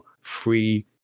free